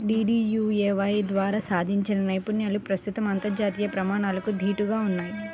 DDUAY ద్వారా సాధించిన నైపుణ్యాలు ప్రస్తుతం అంతర్జాతీయ ప్రమాణాలకు దీటుగా ఉన్నయ్